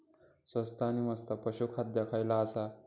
स्वस्त आणि मस्त पशू खाद्य खयला आसा?